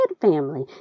family